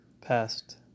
past